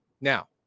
Now